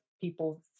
people